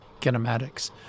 kinematics